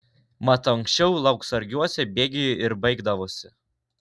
mat anksčiau lauksargiuose bėgiai ir baigdavosi